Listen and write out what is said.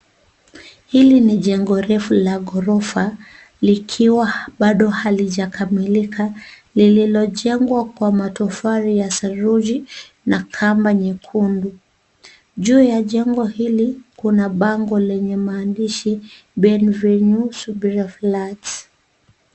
Hili ni jengo refu la gorofa likiwa bado halijakamilika lililojengwa kwa matofali ya saruji na kamba nyekundu juu ya jengo hili kuna bango lenye maandishi bienvenue subira flats.